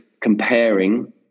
comparing